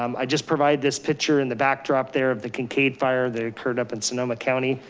um i just provide this picture in the backdrop there of the kincade fire that occurred up in sonoma county,